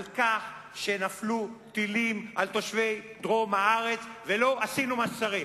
על כך שנפלו טילים על תושבי דרום הארץ ולא עשינו מה שצריך.